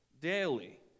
daily